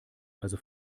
also